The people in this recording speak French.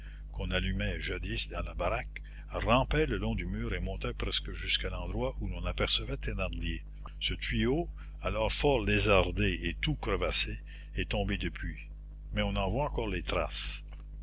qu'on allumait jadis dans la baraque rampait le long du mur et montait presque jusqu'à l'endroit où l'on apercevait thénardier ce tuyau alors fort lézardé et tout crevassé est tombé depuis mais on en voit encore les traces